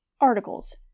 articles